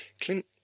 Clint